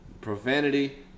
Profanity